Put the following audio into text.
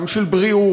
גם של בריאות,